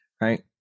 right